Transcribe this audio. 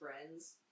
friends